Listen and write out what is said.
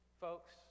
Folks